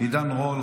עידן רול,